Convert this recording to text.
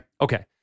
Okay